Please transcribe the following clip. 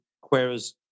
whereas